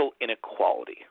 inequality